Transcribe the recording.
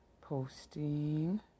posting